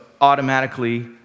automatically